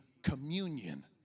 communion